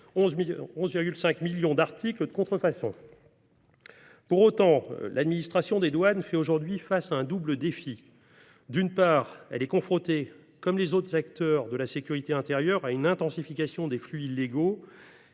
11,5 millions d’articles de contrefaçon. Pour autant, l’administration des douanes fait aujourd’hui face à un double défi : d’une part, elle est confrontée, comme les autres acteurs de la sécurité intérieure, à une intensification des flux illégaux,